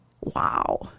Wow